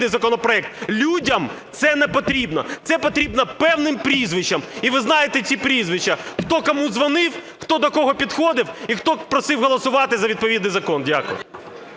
Людям це не потрібно, це потрібно певним прізвищам, і ви знаєте ці прізвища, хто кому дзвонив, хто до кого підходив і хто просив голосувати за відповідний закон. Дякую.